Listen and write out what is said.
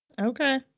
Okay